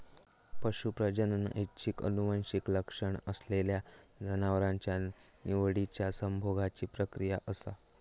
पशू प्रजनन ऐच्छिक आनुवंशिक लक्षण असलेल्या जनावरांच्या निवडिच्या संभोगाची प्रक्रिया असा